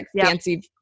fancy